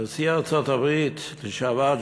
נשיא ארצות-הברית לשעבר,